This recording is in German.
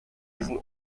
diesen